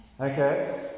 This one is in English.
Okay